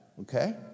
okay